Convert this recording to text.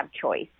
choice